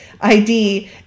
ID